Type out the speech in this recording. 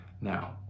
now